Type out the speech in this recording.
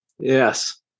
Yes